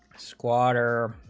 squat are